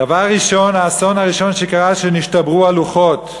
דבר ראשון, האסון הראשון שקרה, שנשתברו הלוחות.